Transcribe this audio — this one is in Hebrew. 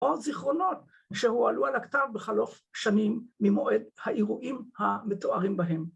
או זיכרונות שהועלו על הכתב בחלוף שנים ממועד האירועים המתוארים בהם.